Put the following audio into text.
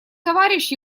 товарищ